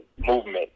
movement